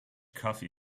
coffee